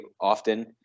often